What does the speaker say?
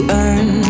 earn